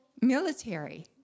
Military